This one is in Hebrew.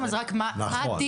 אז מה הדין